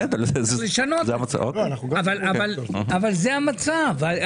צריך לשנות, אבל זה המצב.